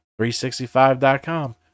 365.com